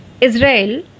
Israel